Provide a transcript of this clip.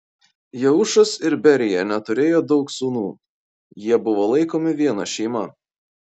jeušas ir berija neturėjo daug sūnų jie buvo laikomi viena šeima